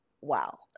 wow